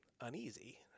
uneasy